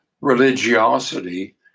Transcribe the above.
religiosity